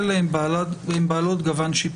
אבא טרי שחושב על הקיץ הקרוב.